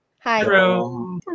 Hi